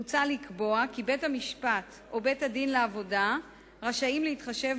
מוצע לקבוע כי בית-המשפט או בית-הדין לעבודה רשאים להתחשב